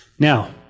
Now